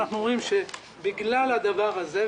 אנחנו אומרים שבגלל הדבר הזה,